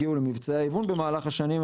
הגיעו למבצעי איבון במהלך השנים,